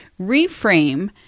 reframe